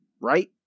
Right